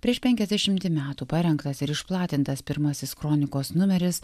prieš penkiasdešimtį metų parengtas ir išplatintas pirmasis kronikos numeris